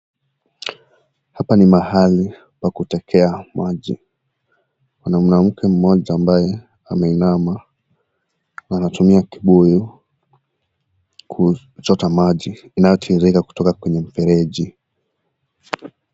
Hapa ni mahali pa kuchotea maji. Mwanamke mmoja ambaye ameinama, anatumia kibuyu, kuchota maji inayotiririka kutoka kwenye mfereji.